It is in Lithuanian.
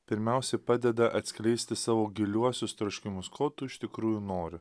pirmiausi padeda atskleisti savo giliuosius troškimus ko tu iš tikrųjų nori